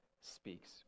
speaks